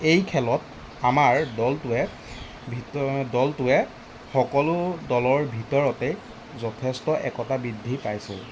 এই খেলত আমাৰ দলটোৱে ভিত দলটোৱে সকলো দলৰ ভিতৰতেই যথেষ্ট একতা বৃদ্ধি পাইছিল